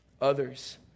others